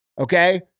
Okay